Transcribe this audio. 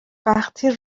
وقتی